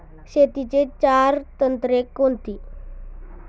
शेतीची चार तंत्रे कोणती?